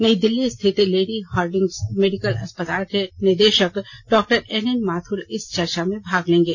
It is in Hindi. नई दिल्ली स्थित लेडी हार्डिंग्स मेडिकल कॉलेज के निदेशक डॉक्टर एनएन माथुर इस चर्चा में भाग लेंगे